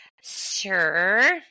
Sure